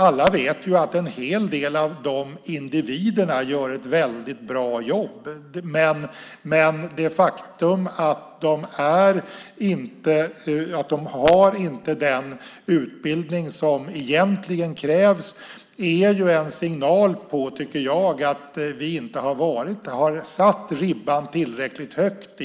Alla vet att en hel del av de individerna gör ett väldigt bra jobb, men det faktum att de inte har den utbildning som egentligen krävs är en signal om att vi hittills inte har lagt ribban i skolan tillräckligt högt.